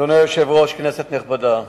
אדוני היושב-ראש, כנסת נכבדה,